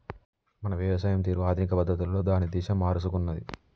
మన వ్యవసాయం తీరు ఆధునిక పద్ధతులలో దాని దిశ మారుసుకున్నాది